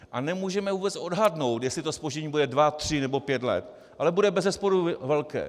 A nemůžeme vůbec odhadnout, jestli to zpoždění bude dva, tři nebo pět let, ale bude bezesporu velké.